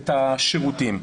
את השירותים.